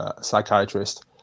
psychiatrist